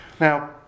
Now